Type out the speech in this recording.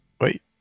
wait